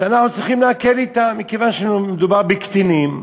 שאנחנו צריכים להקל אתם מכיוון שמדובר בקטינים.